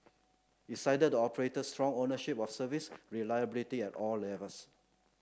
it cited the operator's strong ownership of service reliability at all levels